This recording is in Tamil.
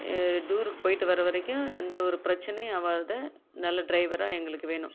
டூருக்கு போயிட்டு வர வரைக்கும் எந்த ஒரு பிரச்சனையும் ஆகாத நல்ல டிரைவராக எங்களுக்கு வேணும்